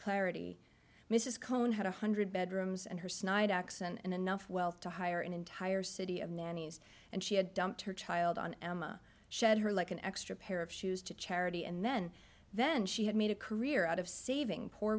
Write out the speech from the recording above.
clarity mrs cohn had a hundred bedrooms and her snide acts and enough wealth to hire an entire city of nannies and she had dumped her child on emma shed her like an extra pair of shoes to charity and then then she had made a career out of saving poor